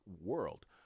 world